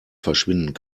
verschwinden